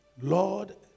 Lord